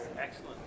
Excellent